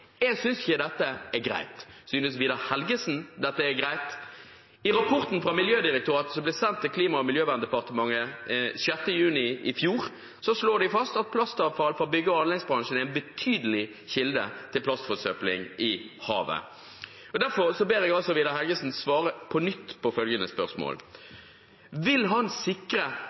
Jeg synes ikke dette er greit. Synes Vidar Helgesen dette er greit? I rapporten fra Miljødirektoratet som ble sendt til Klima- og miljødepartementet 6. juni i fjor, slår de fast at plastavfall fra bygg- og anleggsbransjen er en betydelig kilde til plastforsøpling i havet. Derfor ber jeg Vidar Helgesen på nytt svare på følgende spørsmål: Vil han sikre